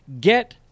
get